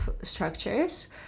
structures